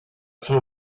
some